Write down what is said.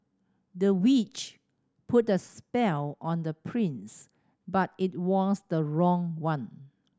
the witch put a spell on the prince but it was the wrong one